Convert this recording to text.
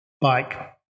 bike –